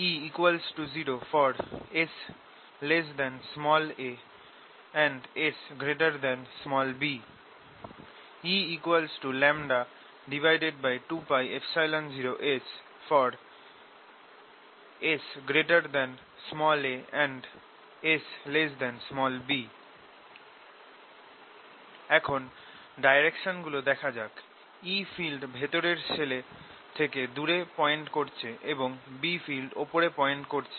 E0 Sa and Sb E2π0S aSb এখন direction গুলো দেখা যাক E ফিল্ড ভেতরের শেল থেকে দুরে পয়েন্ট করছে এবং B ফিল্ড ওপরে পয়েন্ট করছে